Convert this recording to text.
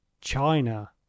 China